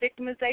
victimization